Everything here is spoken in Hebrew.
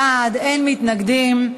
51 בעד, אין מתנגדים.